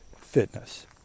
fitness